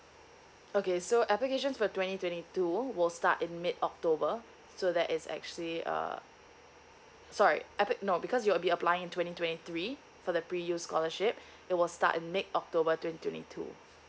okay so applications for twenty twenty two will start in mid october so that is actually uh sorry appli~ no because you'll be applying in twenty twenty three for the pre U scholarship it will start in mid october twenty twenty two